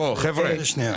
חברים,